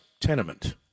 tenement